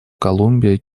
колумбия